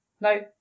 no